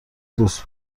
دوست